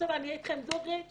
אני אהיה אתכם דוגרית